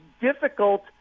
difficult